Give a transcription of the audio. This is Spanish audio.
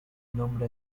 nombre